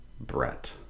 Brett